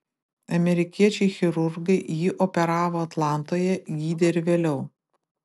amerikiečiai chirurgai jį operavo atlantoje gydė ir vėliau